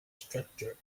structure